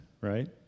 right